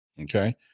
Okay